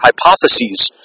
hypotheses